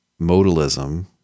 modalism